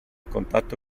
contatto